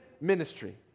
ministry